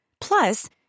Plus